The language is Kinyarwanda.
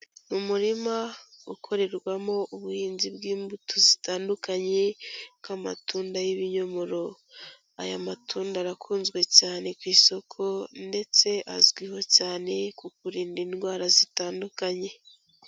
Mu murima ukorerwamo ubuhinzi bw'imbuto zitandukanye nk'amatunda y'ibinyomoro. Aya matunda arakunzwe cyane ku isoko ndetse azwiho cyane ku kurinda indwara zitandukanye.